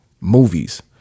movies